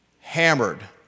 hammered